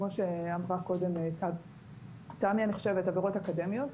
כמו שאמרה קודם תמי עבירות אקדמיות,